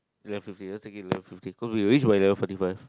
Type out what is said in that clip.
eleven fifty let's take it eleven fifteen cause we reached eleven forty plus